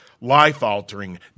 life-altering